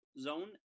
zone